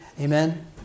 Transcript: Amen